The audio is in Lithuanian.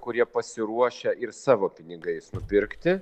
kurie pasiruošę ir savo pinigais nupirkti